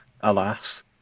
alas